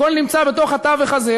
הכול נמצא בתוך התווך הזה,